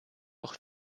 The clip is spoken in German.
auch